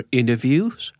interviews